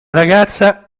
ragazza